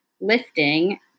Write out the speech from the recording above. lifting